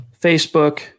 Facebook